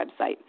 website